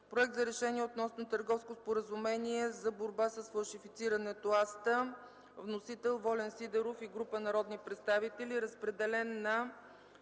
Проект за решение относно Търговско споразумение за борба с фалшифицирането (АСТА). Вносители са Волен Сидеров и група народни представители. Разпределен е